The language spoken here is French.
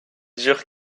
dure